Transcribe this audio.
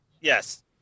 yes